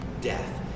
death